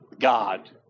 God